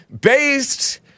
Based